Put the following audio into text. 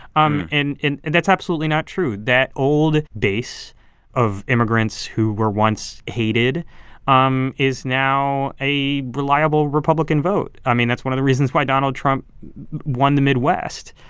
um and and that's absolutely not true. that old base of immigrants who were once hated um is now a reliable republican vote. i mean, that's one of the reasons why donald trump won the midwest.